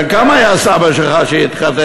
בן כמה היה הסבא-רבא שלך כשהוא התחתן?